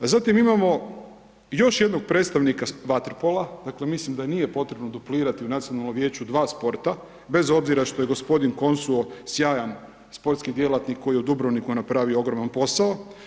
A zatim imamo još jednog predstavnika vaterpola, dakle mislim da nije potrebno duplirati u nacionalnom vijeću 2 sporta, bez obzira što je g. Konsuo, sjajan sportski djelatnik koji je u Dubrovniku napravio ogroman posao.